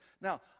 Now